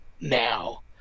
now